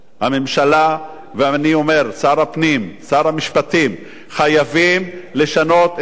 שר הפנים, שר המשפטים, חייבים לשנות את התקנות,